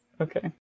Okay